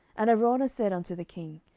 and araunah said unto the king,